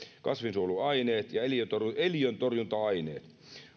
kasvinsuojeluaineet ja eliöntorjunta eliöntorjunta aineet